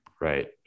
Right